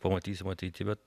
pamatysim ateity bet